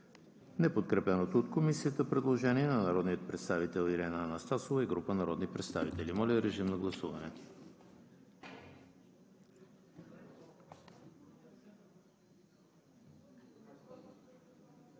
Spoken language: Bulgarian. неподкрепеното от Комисията предложение на народния представител Ирена Анастасова и група народни представители. Гласували